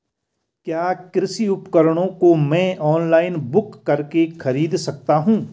क्या कृषि उपकरणों को मैं ऑनलाइन बुक करके खरीद सकता हूँ?